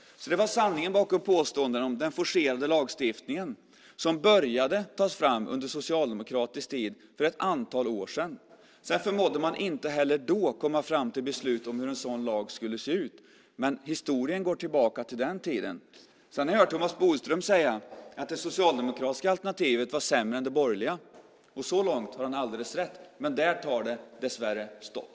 Detta är sanningen bakom påståendena om den forcerade lagstiftningen som började tas fram under socialdemokratisk tid för ett antal år sedan. Sedan förmådde man inte heller då att komma fram till något beslut om hur en sådan lag skulle se ut. Men historien går tillbaka till den tiden. Jag har sedan dess hört Thomas Bodström säga att det socialdemokratiska alternativet var sämre än det borgerliga. Så långt har han alldeles rätt, men där tar det dessvärre stopp.